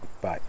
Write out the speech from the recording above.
Bye